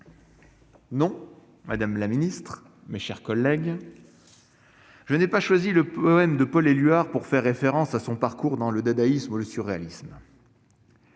madame la ministre, mes chers collègues, je n'ai pas choisi le poème de Paul Éluard pour faire référence à sa période dadaïste ou surréaliste.